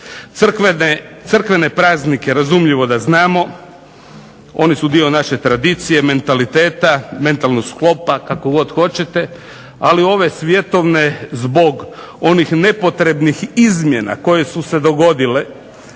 Crkvene blagdane naravno da znamo, oni su dio naše tradicije, mentaliteta, mentalnog sklopa kako god hoćete ali one svjetovne zbog nepotrebnih izmjena koje su se dogodile